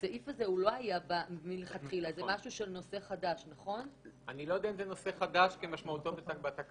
זה התחיל בשנות ה-80 כשאמרו ב"דובק"